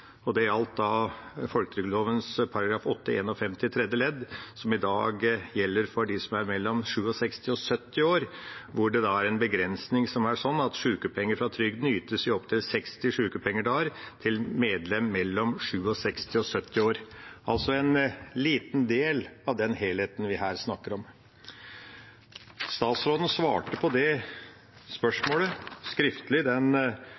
gjaldt folketrygdloven § 8-51 tredje ledd, som i dag gjelder for dem som er mellom 67 og 70 år, hvor det er en begrensning som er sånn at sykepenger fra trygden ytes i opptil 60 sykepengedager til medlem mellom 67 og 70 år – altså en liten del av den helheten vi her snakker om. Statsråden svarte på det spørsmålet skriftlig den